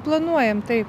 planuojam taip